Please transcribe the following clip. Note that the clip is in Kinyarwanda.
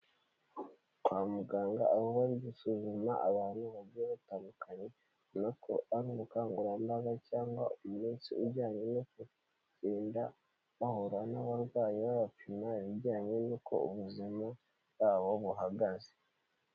Kwa muganga aho bari gusuzuma abantu bagiye batandukanye, urabona ko ari ubukangurambaga cyangwa umunsi ujyanye no kugenda bahura n'abarwayi babapima ibijyanye n'uko ubuzima bwabo buhagaze.